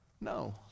No